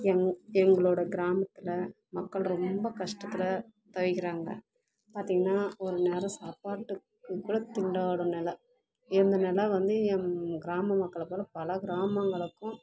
எங் எங்களோடய கிராமத்தில் மக்கள் ரொம்ப கஷ்டத்தில் தவிக்கிறாங்க பார்த்திங்கன்னா ஒரு நேரம் சாப்பாட்டுக்கு கூட திண்டாடும் நில இந்த நில வந்து என் கிராம மக்களை போல பல கிராமங்களுக்கும்